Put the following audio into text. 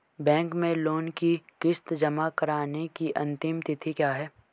Bank में loan की किश्त जमा कराने की अंतिम तिथि क्या है?